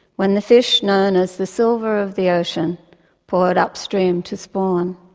when the fish known as the silver of the ocean poured upstream to spawn.